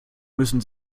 müssen